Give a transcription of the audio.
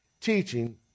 teaching